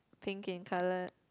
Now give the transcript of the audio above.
pink in colour